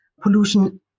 pollution